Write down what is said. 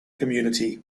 community